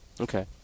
Okay